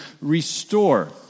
restore